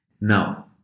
Now